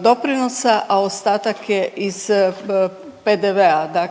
doprinosa, a ostatak je iz PDV-a,